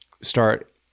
start